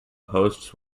hosts